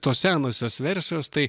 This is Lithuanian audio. tos senosios versijos tai